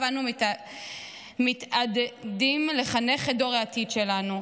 אנו מתעתדים לחנך את דור העתיד שלנו,